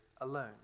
alone